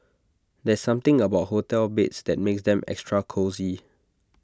there's something about hotel beds that makes them extra cosy